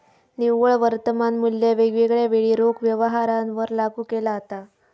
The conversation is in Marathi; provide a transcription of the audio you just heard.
निव्वळ वर्तमान मुल्य वेगवेगळ्या वेळी रोख व्यवहारांवर लागू केला जाता